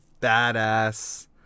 badass